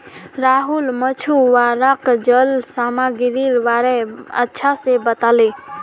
राहुल मछुवाराक जल सामागीरीर बारे अच्छा से बताले